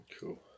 cool